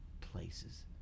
places